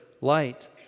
Light